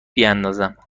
بیاندازم